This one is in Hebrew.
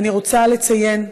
אני רוצה לציין,